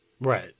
Right